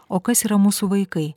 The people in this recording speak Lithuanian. o kas yra mūsų vaikai